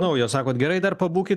naujo sakot gerai dar pabūkit